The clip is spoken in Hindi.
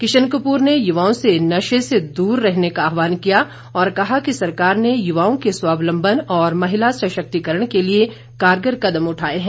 किशन कपूर ने युवाओं से नशे से दूर रहने का आह्वान किया और कहा कि सरकार ने युवाओं के स्वावलंबन और महिला सशक्तिकरण के लिए कारगर कदम उठाए हैं